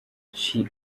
she